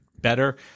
better